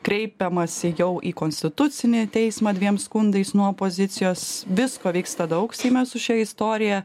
kreipiamasi jau į konstitucinį teismą dviem skundais nuo opozicijos visko vyksta daug seime su šia istorija